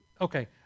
Okay